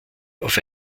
auf